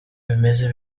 bimeze